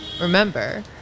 remember